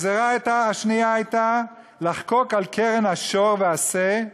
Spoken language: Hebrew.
הגזירה השנייה הייתה לחקוק על קרן השור והשה,